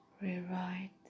Rewrite